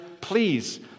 please